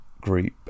group